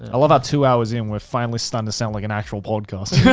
ah love two hours in with finally starting to sound like an actual podcast.